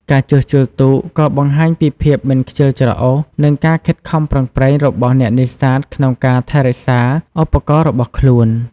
ការជួសជុលទូកក៏បង្ហាញពីភាពមិនខ្ជិលច្រអូស និងការខិតខំប្រឹងប្រែងរបស់អ្នកនេសាទក្នុងការថែរក្សាឧបករណ៍របស់ខ្លួន។